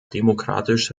demokratisch